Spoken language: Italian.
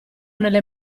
nelle